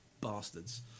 bastards